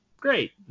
great